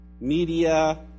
media